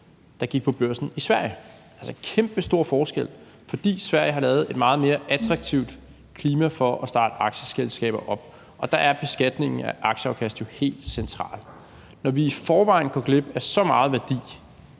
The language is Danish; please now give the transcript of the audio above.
der gik på børsen i Sverige. Det er altså en kæmpestor forskel, og det er, fordi Sverige har skabt et meget mere attraktivt klima for at starte aktieselskaber op, og der er beskatningen af aktieafkast jo helt central. Når vi i forvejen går glip af så meget værdi,